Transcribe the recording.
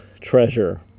treasure